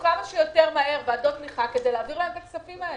כמה שיותר מהר ועדות תמיכה כדי להעביר להם את הכספים האלה.